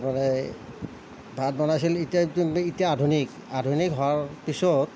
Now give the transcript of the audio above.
তাৰমানে ভাত বনাইছিল এতিয়া একদম এতিয়া আধুনিক আধুনিক হোৱাৰ পিছত